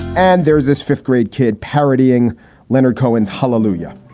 and there is this fifth grade kid parodying leonard cohen's hallelujah